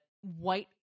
White